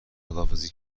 خداحافظی